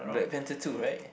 Blank Panther two right